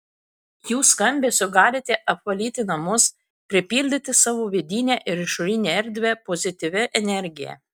jų skambesiu galite apvalyti namus pripildyti savo vidinę ir išorinę erdvę pozityvia energija